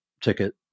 ticket